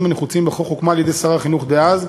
הנחוצים בחוק הוקמה על-ידי שר החינוך דאז,